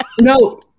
No